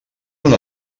una